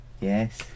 Yes